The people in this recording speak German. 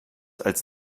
als